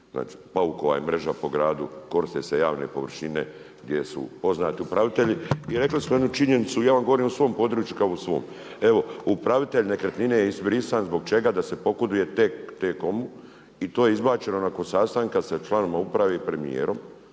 služnosti, paukova i mreža je po gradu, koriste se javne površine gdje su poznati upravitelji. I rekli smo jednu činjenicu i ja vam govorim u svom području kao u svom. Evo upravitelj nekretnine je izbrisan zbog čega? Da se pogoduje T-Comu i to je izbačeno nakon sastanka sa članovima Uprave i premijerom.